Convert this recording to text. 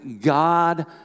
God